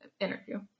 Interview